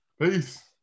Peace